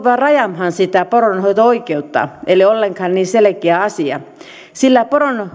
vain rajaamaan sitä poronhoito oikeutta ei ole ollenkaan niin selkeä asia sillä